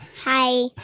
Hi